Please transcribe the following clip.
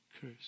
curse